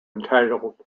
entitled